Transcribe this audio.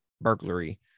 burglary